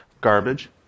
garbage